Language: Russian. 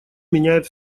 меняет